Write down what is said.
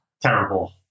terrible